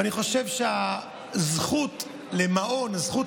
ואני חושב שהזכות למעון, הזכות